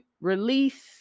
release